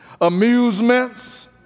amusements